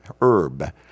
herb